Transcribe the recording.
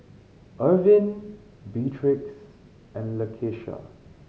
Ervin Beatrix and Lakeisha